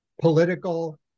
political